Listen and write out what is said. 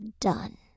done